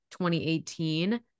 2018